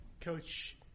coach